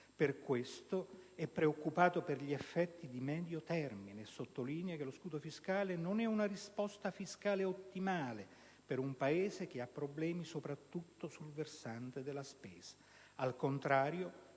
Per questo egli è «preoccupato per gli effetti di medio termine» e sottolinea che lo scudo fiscale «non è una risposta fiscale ottimale per un Paese che ha problemi soprattutto sul versante della spesa». Al contrario,